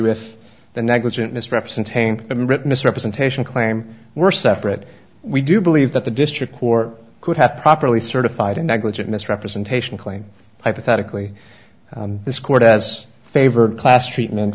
if the negligent misrepresenting a written misrepresentation claim were separate we do believe that the district court could have properly certified and negligent misrepresentation claims hypothetically this court has favored class treatment